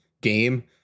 game